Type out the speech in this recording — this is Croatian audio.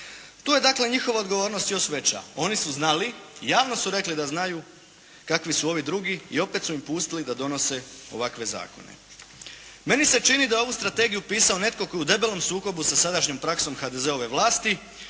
Tu je dakle njihova odgovornost još veća. Oni su znali, javno su rekli da znaju kakvi su ovi drugi i opet su im pustili da donose ovakve zakone. Meni se čini da je ovu strategiju pisao netko tko je u debelom sukobu sa sadašnjom praksom HDZ-ove vlasti